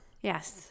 Yes